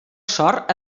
sort